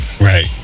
Right